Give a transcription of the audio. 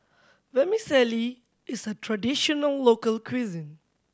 Vermicelli is a traditional local cuisine